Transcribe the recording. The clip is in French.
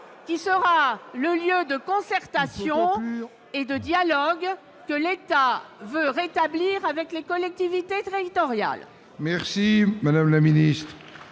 qui sera le lieu de la concertation et du dialogue que l'État veut rétablir avec les collectivités territoriales.